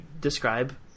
describe